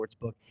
Sportsbook